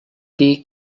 dir